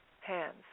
hands